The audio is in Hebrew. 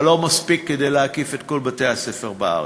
אבל לא מספיק כדי להקיף את כל בתי-הספר בארץ.